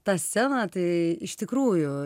tą sceną tai iš tikrųjų